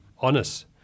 honest